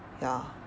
ya